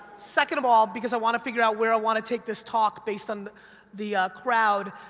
second of all, because i wanna figure out where i wanna take this talk, based on the crowd,